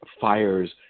fires